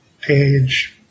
page